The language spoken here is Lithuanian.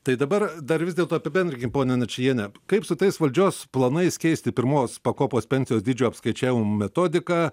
tai dabar dar vis dėlto apibendrinkim pone načijiene kaip su tais valdžios planais keisti pirmos pakopos pensijos dydžio apskaičiavim metodiką